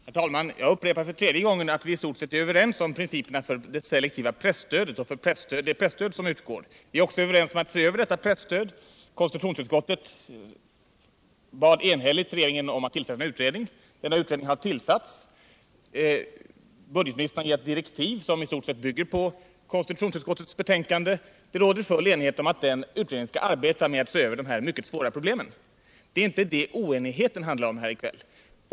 Herr talman! Jag upprepar för tredje gången att vi i stort sett är överens om principerna för det selektiva presstödet och det presstöd som utgår. Vi är också överens om att se över detta presstöd. Konstitutionsutskottet bad enhälligt regeringen om att tillsätta en utredning. Denna utredning har tillsatts. Budgetministern har gett direktiv som i stort sett bygger på konstitutionsutskottets betänkande. Det råder full enighet om att den utredningen skall arbeta med att se över de här mycket svåra problemen. Det är inte det oenigheten handlar om här i kväll.